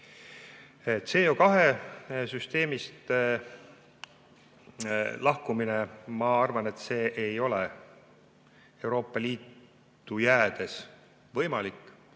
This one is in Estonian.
CO2süsteemist lahkumine, ma arvan, ei ole Euroopa Liitu jäädes võimalik.